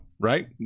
right